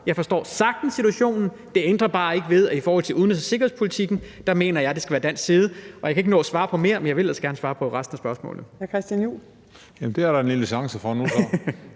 Jeg forstår sagtens situationen, men det ændrer bare ikke ved, at i forhold til udenrigs- og sikkerhedspolitikken mener jeg, at det skal være dansk. Jeg kan ikke nå at svare på mere, men jeg ville ellers gerne svare på resten af spørgsmålet.